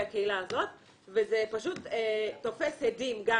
הקהילה הזאת וזה פשוט תופס הדים גם